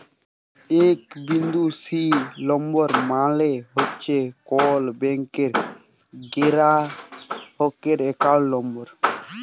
এ বিন্দু C number মালে হছে কল ব্যাংকের গেরাহকের একাউল্ট লম্বর